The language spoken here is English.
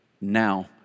now